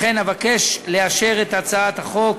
לכן אבקש לאשר את הצעת החוק